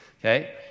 okay